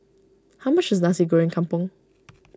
how much is Nasi Goreng Kampung